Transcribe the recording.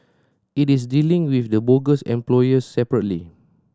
it is dealing with the bogus employers separately